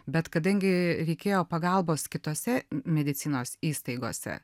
bet kadangi reikėjo pagalbos kitose medicinos įstaigose